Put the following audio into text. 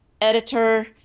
editor